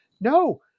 No